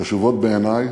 חשובות בעיני,